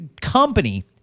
company